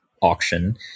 auction